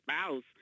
spouse